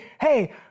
hey